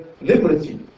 liberty